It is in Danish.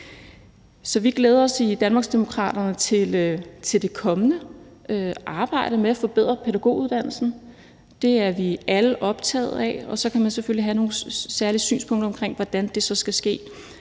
Så vi glæder os i Danmarksdemokraterne til det kommende arbejde med at forbedre pædagoguddannelsen. Det er vi alle optaget af. Så kan man selvfølgelig have nogle særlige synspunkter omkring, hvordan det så skal ske,